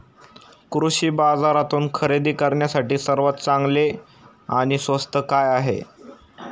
कृषी बाजारातून खरेदी करण्यासाठी सर्वात चांगले आणि स्वस्त काय आहे?